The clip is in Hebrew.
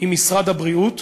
עם משרד הבריאות,